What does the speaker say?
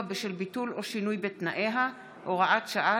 בשל ביטול או שינוי בתנאיה) (הוראת שעה,